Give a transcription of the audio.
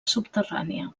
subterrània